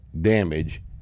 damage